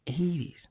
80s